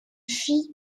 fille